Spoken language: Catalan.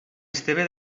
esteve